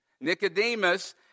Nicodemus